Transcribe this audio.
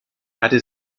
hatte